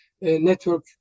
network